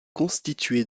constitué